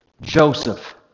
Joseph